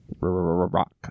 Rock